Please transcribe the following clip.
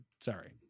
sorry